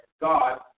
God